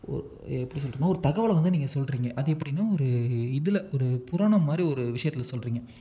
ஒரு எப்படி சொல்கிறதுன்னா ஒரு தகவலை வந்து நீங்கள் சொல்றிங்க அது எப்படின்னா ஒரு இதில் ஒரு புராணம் மாதிரி ஒரு விஷயத்துல சொல்கிறிங்க